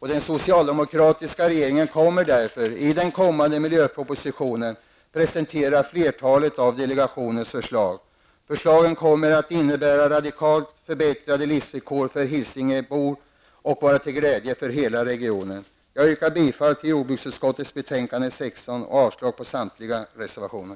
Den socialdemokratiska regeringen kommer därför att i den kommande miljöpropositionen presentera flertalet av delegationens förslag. Förslagen kommer att innebära radikalt förbättrade livsvillkor för hisingsborna och vara till glädje för hela regionen. Jag yrkar bifall till hemställan i jordbruksutskottets betänkande 16 och avslag på samtliga reservationer.